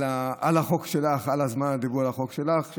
על החוק שלך, על זמן הדיבור על חוק שלך.